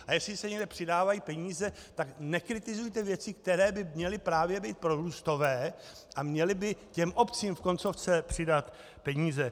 A jestli se někde přidávají peníze, tak nekritizujte věci, které by měly být právě prorůstové a měly by obcím v koncovce přidat peníze.